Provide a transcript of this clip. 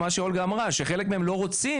מה שאולגה אמרה שחלק מהם לא רוצים,